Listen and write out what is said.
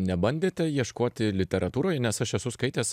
nebandėte ieškoti literatūroj nes aš esu skaitęs